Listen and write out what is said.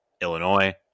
Illinois